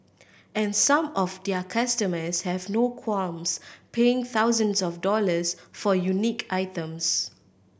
and some of their customers have no qualms paying thousands of dollars for unique items